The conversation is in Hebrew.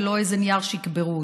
ולא איזה נייר שיקברו אותו: